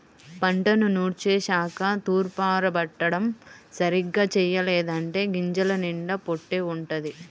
పంటను నూర్చేశాక తూర్పారబట్టడం సరిగ్గా చెయ్యలేదంటే గింజల నిండా పొట్టే వుంటది